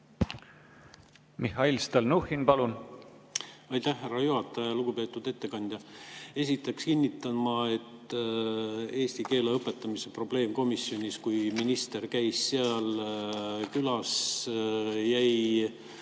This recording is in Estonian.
Mihhail Stalnuhhin, palun! Aitäh, härra juhataja! Lugupeetud ettekandja! Esiteks kinnitan ma, et eesti keele õpetamise probleemkomisjonis, kui minister käis seal külas, jäi